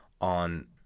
on